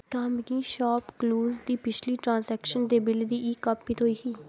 तां मिगी शापक्लूज दी पिछली ट्रांजैक्शन दे बिल्ल दी ई कापी थ्होई ही